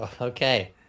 Okay